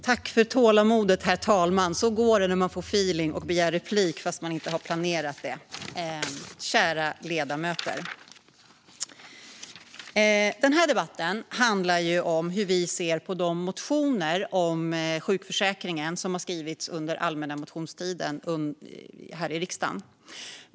Herr talman och kära ledamöter! Den här debatten handlar om hur vi ser på de motioner om sjukförsäkringen som har skrivits under allmänna motionstiden i riksdagen.